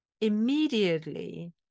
immediately